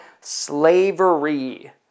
slavery